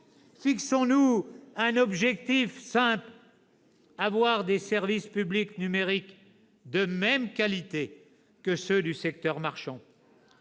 Fixons-nous un objectif simple : avoir des services publics numériques de même qualité que ceux du secteur marchand.